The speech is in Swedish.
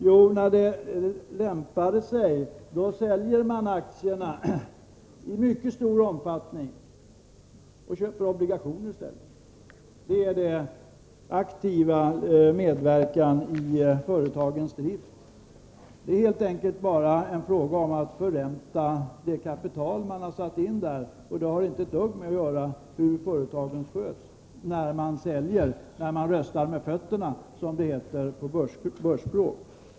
Jo, när det lämpade sig sålde man aktierna i mycket stor omfattning och köpte obligationer i stället. Det är deras aktiva medverkan i företagens drift. Det är helt enkelt bara fråga om att förränta det kapital man satt in. När man säljer sina aktier — när man röstar med fötterna, som det heter på börsspråk — så har det inte ett dugg att göra med hur företagen sköts.